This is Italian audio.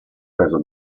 preso